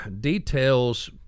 details